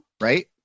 right